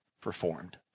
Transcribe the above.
performed